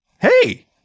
Hey